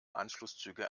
anschlusszüge